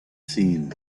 seen